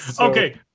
Okay